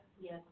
Yes